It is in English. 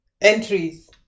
entries